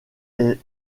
est